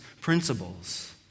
principles